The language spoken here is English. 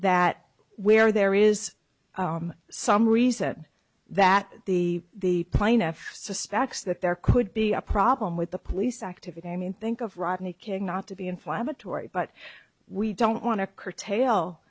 that where there is some reason that the plaintiff suspects that there could be a problem with the police activity i mean think of rodney king not to be inflammatory but we don't want to curtail